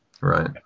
right